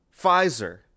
Pfizer